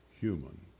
human